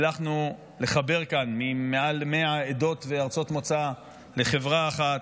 הצלחנו לחבר כאן מעל 100 עדות וארצות מוצא לחברה אחת,